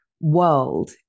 world